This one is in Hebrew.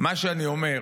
מה שאני אומר,